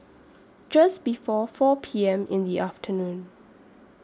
Just before four P M in The afternoon